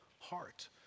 heart